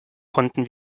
konnten